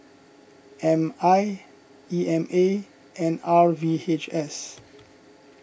M I E M A and R V H S